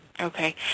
Okay